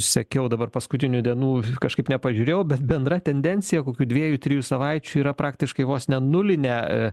sekiau dabar paskutinių dienų kažkaip nepažiūrėjau bet bendra tendencija kokių dviejų trijų savaičių yra praktiškai vos ne nulinė